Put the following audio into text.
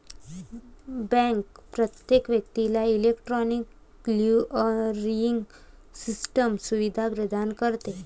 bank प्रत्येक व्यक्तीला electronic clearing system सुविधा प्रदान करते